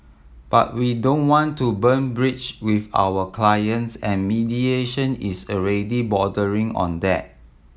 but we don't want to burn bridge with our clients and mediation is already bordering on that